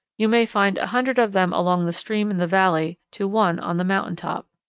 you may find a hundred of them along the stream in the valley to one on the mountain-top.